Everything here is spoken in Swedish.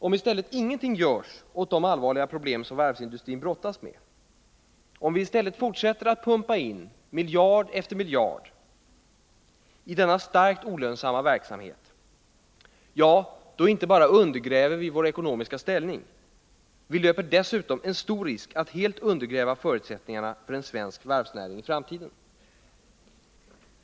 Om ingenting görs åt de allvarliga problem som varvsindustrin brottas med, om vi istället fortsätter att pumpa in miljard efter miljard i denna starkt olönsamma verksamhet, ja, då inte bara undergräver vi vår ekonomiska ställning, utan vi löper dessutom en stor risk att helt undergräva förutsättningarna för en svensk varvsnäring i framtiden.